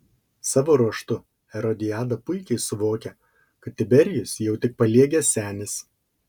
savo ruožtu erodiada puikiai suvokia kad tiberijus jau tik paliegęs senis